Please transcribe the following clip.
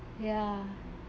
ya